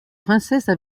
princesses